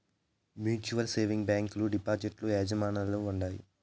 mutual savings బ్యాంకీలు depositor యాజమాన్యంల ఉండాయి